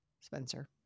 Spencer